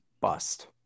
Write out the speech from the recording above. Bust